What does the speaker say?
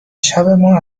شبمون